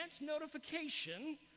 notification